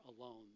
alone